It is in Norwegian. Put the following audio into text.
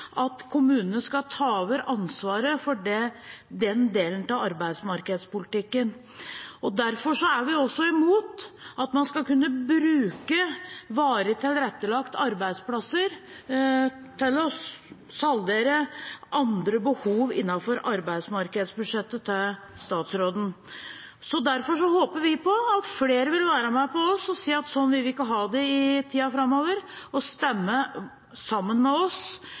at kommunene skal ta over ansvaret for den delen av arbeidsmarkedspolitikken. Derfor er vi også imot at man skal kunne bruke varig tilrettelagte arbeidsplasser til å saldere andre behov innenfor arbeidsmarkedsbudsjettet til statsråden. Derfor håper vi at flere vil være med oss og si at slik vil vi ikke ha det i tiden framover, og stemme sammen med oss,